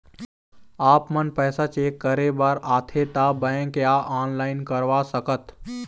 आपमन पैसा चेक करे बार आथे ता बैंक या ऑनलाइन करवा सकत?